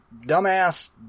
dumbass